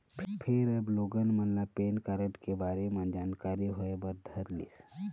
फेर अब लोगन मन ल पेन कारड के बारे म जानकारी होय बर धरलिस